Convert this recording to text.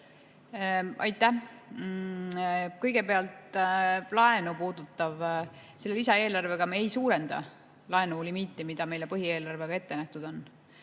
Aitäh! Kõigepealt laenu puudutav. Selle lisaeelarvega me ei suurenda laenulimiite, mis meile põhieelarvega ette nähtud on.